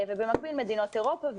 במקביל מדינות אירופה,